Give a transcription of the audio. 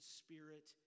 spirit